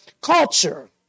culture